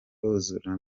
buzura